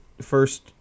first